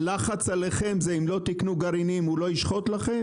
הלחץ עליכם הוא שאם לא תקנו גרעינים הוא לא ישחט לכם?